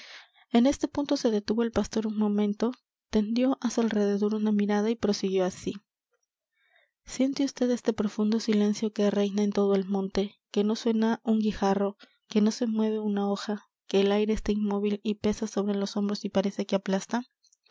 en este punto se detuvo el pastor un momento tendió á su alrededor una mirada y prosiguió así siente usted este profundo silencio que reina en todo el monte que no suena un guijarro que no se mueve una hoja que el aire está inmóvil y pesa sobre los hombros y parece que aplasta